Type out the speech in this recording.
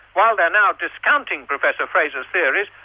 while they are now discounting professor fraser's theories,